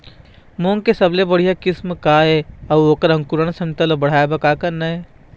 मूंग के सबले बढ़िया किस्म का ये अऊ ओकर अंकुरण क्षमता बढ़ाये बर का करना ये?